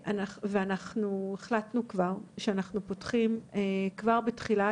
אנחנו החלטנו שאנחנו פותחים כבר בתחילת